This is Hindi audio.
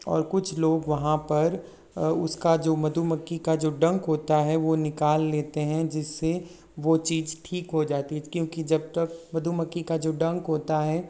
और कुछ लोग वहाँ पर उसका जो मधुमक्खी का जो डंक होता है वो निकाल लेते हैं जिससे वो चीज ठीक हो जाती है क्योंकि जब तक मधुमक्खी का जो डंक होता है